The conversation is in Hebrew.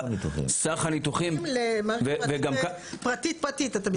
אנחנו מתכוונים למה שנקרא פרטית פרטית אתה מתכוון.